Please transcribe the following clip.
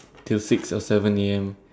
till six or seven A_M